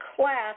class